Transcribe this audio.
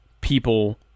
people